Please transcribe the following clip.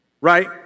right